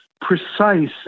precise